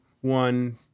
one